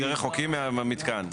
יותר רחוקים מהמתקן.